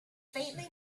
faintly